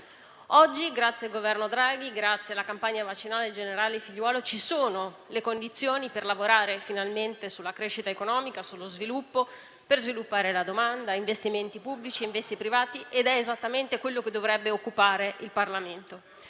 Oggi, grazie al Governo Draghi e alla campagna vaccinale del generale Figliuolo, ci sono le condizioni per lavorare finalmente sulla crescita economica e sullo sviluppo, per sviluppare domanda, investimenti pubblici e investimenti privati, ed è esattamente quello che dovrebbe occupare il Parlamento.